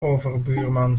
overbuurman